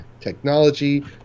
technology